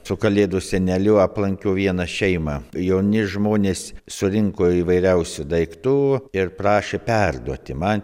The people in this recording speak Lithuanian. su kalėdų seneliu aplankiau vieną šeimą jauni žmonės surinko įvairiausių daiktų ir prašė perduoti man